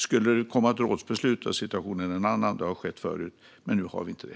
Skulle det komma ett rådsbeslut är situationen en annan. Det har skett förr, men nu har vi inte det.